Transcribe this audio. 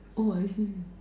oh I see